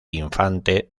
infante